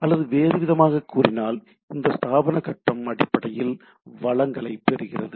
அல்லது வேறுவிதமாகக் கூறினால் இந்த ஸ்தாபன கட்டம் அடிப்படையில் வளங்களை பெறுகிறது